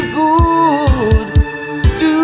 good